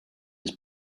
his